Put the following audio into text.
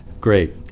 Great